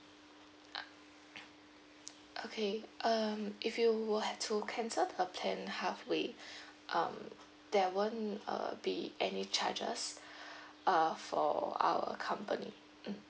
okay um if you will have to cancel the plan halfway um there won't be any charges uh for our company mm